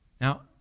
Now